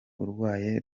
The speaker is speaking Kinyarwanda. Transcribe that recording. urwaye